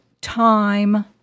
time